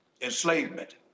enslavement